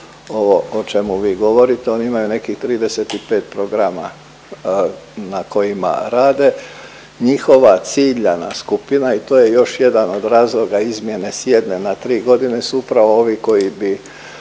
o čemu vi govorite. Oni imaju nekih 35 programa na kojima rade. Njihova ciljana skupina i to je još jedan od razloga izmjene s jedne na tri godine su upravo ovi koji bi